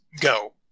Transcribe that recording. Go